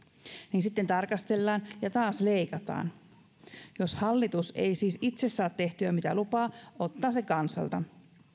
niin sitten tarkastellaan ja taas leikataan jos hallitus ei siis itse saa tehtyä mitä lupaa ottaa se kansalta